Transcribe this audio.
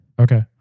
Okay